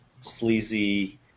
sleazy